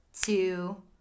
two